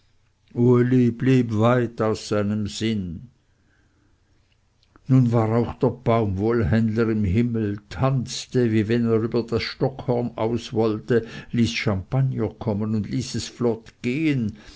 weit aus seinem sinn nun war auch der baumwollenhändler im himmel tanzte wie wenn er über das stockhorn aus wollte ließ champagner kommen und ließ es flott gehen